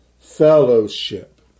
Fellowship